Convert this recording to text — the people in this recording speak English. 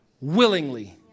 willingly